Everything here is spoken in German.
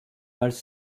als